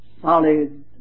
Solid